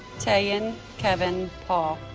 taion kevin paugh